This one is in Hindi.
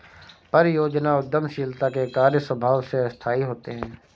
परियोजना उद्यमशीलता के कार्य स्वभाव से अस्थायी होते हैं